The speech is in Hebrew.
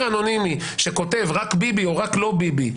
אנונימי שכותב "רק ביבי" או "רק לא ביבי",